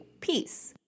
Peace